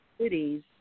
cities